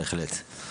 בהחלט.